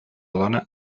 dona